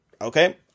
okay